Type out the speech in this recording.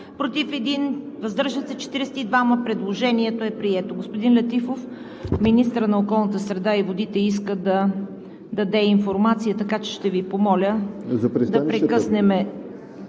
против 1, въздържали се 42. Предложението е прието. Господин Летифов, министърът на околната среда и водите иска да даде информация, така че ще Ви помоля да прекъснем